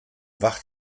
wach